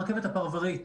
הרכבת הפרברית